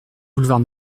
boulevard